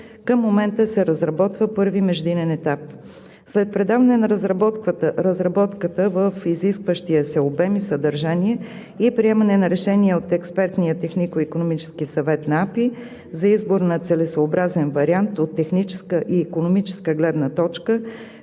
към момента се разработва първият междинен етап. След предаване на разработката в изискващия се обем и съдържание и приемане на решение от Експертния технико икономически съвет на Агенция „Пътна инфраструктура“ за избор на целесъобразен вариант от техническа и икономическа гледна точка